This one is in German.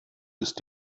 ist